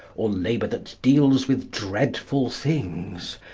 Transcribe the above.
all labour that deals with dreadful things,